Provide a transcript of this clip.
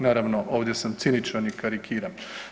Naravno ovdje sam ciničan i karikiram.